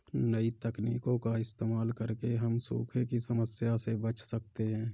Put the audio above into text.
नई तकनीकों का इस्तेमाल करके हम सूखे की समस्या से बच सकते है